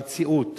במציאות,